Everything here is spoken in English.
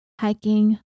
hiking